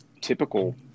typical